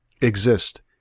exist